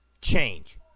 change